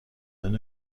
non